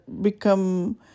become